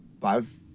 five